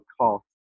cost